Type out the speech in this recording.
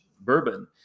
bourbon